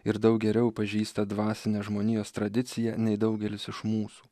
ir daug geriau pažįsta dvasinę žmonijos tradiciją nei daugelis iš mūsų